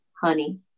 Honey